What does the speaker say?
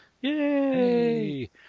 Yay